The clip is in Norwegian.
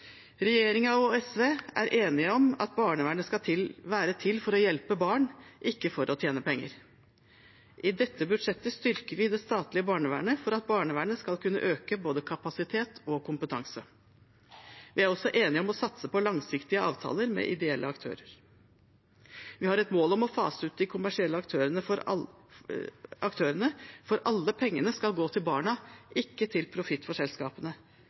og SV er enige om at barnevernet skal være til for å hjelpe barn, ikke for å tjene penger. I dette budsjettet styrker vi det statlige barnevernet for at barnevernet skal kunne øke både kapasitet og kompetanse. Vi er også enige om å satse på langsiktige avtaler med ideelle aktører. Vi har et mål om å fase ut de kommersielle aktørene, for alle pengene skal gå til barna, ikke til